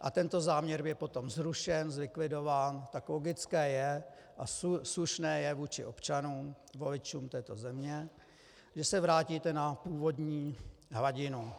a tento záměr byl potom zrušen, zlikvidován, tak logické je a slušné je vůči občanům, voličům této země, že se vrátíte na původní hladinu.